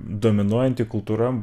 dominuojanti kultūra